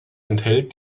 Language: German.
enthält